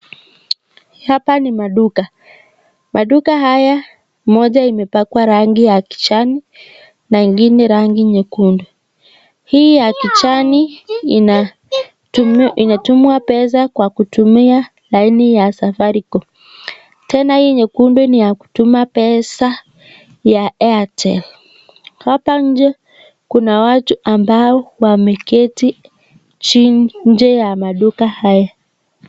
Hapa ni maduka , maduka haya moja imepakwa rangi ya kijani na ingine rangi ya nyukundu hii ya kijani inatumwa pesa kwa kutumia laini ya safaricom tena hii ya nyekundu ni ya kutuma pesa ya Airtel hapa njee Kuna watu ambao wameketi chini njee ya maduka haya.